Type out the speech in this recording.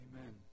Amen